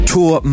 Tour